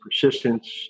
persistence